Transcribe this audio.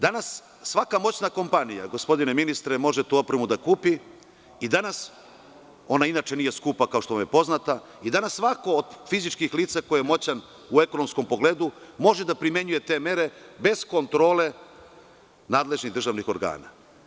Danas svaka moćna kompanija, gospodine ministre, može tu opremu da kupi i danas, ona inače nije skupa, kao što vam je poznato, svako od fizičkih lica, ko je moćan u ekonomskom pogledu, može da primenjuje te mere bez kontrole nadležnih državnih organa.